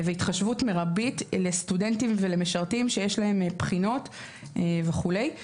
וכן התחשבות מרבית לסטודנטים ומשרתים שיש להם בחינות וכולי.